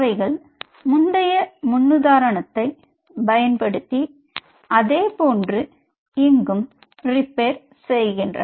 அவைகள் முந்தைய முன்னுதாரணத்தை பயன்படுத்தி அதே போன்று இங்கும் ரிப்பேர் செய்கின்றன